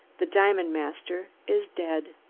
the diamond master is dead!